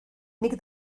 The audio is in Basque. nik